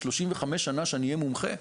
שלושים וחמש שנה שאני אהיה מומחה?